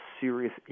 serious